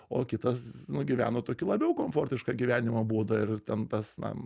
o kitas nugyveno tokį labiau komfortišką gyvenimo būdą ir ten tas na